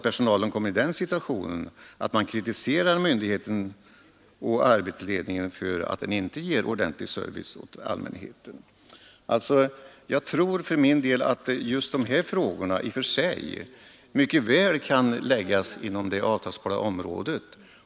Personalen kommer ofta i den situationen att den kritiserar myndigheten och arbetsledningen för att man inte ger ordentlig service åt allmänheten. Jag tror för min del att de här frågorna i och för sig mycket väl kan läggas inom det avtalsbara området.